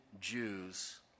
Jews